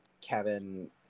Kevin